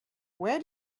where